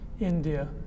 India